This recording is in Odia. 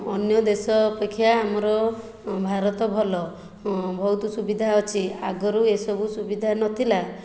ଅନ୍ୟ ଦେଶ ଅପେକ୍ଷା ଆମର ଭାରତ ଭଲ ବହୁତ ସୁବିଧା ଅଛି ଆଗରୁ ଏସବୁ ସୁବିଧା ନଥିଲା